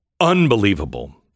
unbelievable